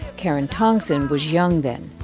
karen tongson was young then.